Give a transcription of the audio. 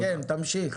תמשיך.